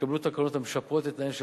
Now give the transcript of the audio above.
התקבלו תקנות המשפרות את תנאיהם של